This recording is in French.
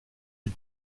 ils